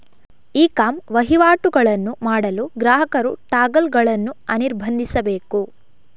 E com ವಹಿವಾಟುಗಳನ್ನು ಮಾಡಲು ಗ್ರಾಹಕರು ಟಾಗಲ್ ಗಳನ್ನು ಅನಿರ್ಬಂಧಿಸಬೇಕು